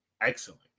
excellent